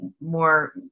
more